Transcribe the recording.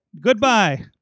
Goodbye